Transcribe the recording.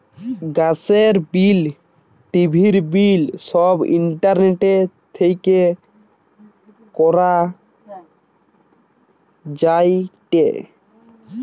গ্যাসের বিল, টিভির বিল সব ইন্টারনেট থেকে করা যায়টে